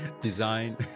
design